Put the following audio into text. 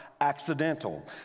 accidental